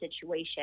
situation